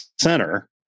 Center